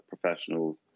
professionals